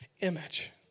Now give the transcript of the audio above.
image